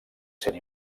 sent